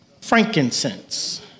frankincense